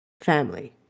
family